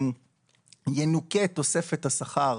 ינוכה תוספת השכר